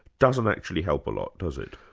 doesn't actually help a lot does it?